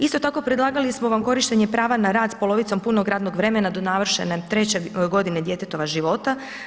Isto tako, predlagali smo vam korištenje prava na rad s polovicom punog radnog vremena do navršene 3. g. djetetova života.